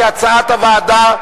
כהצעת הוועדה,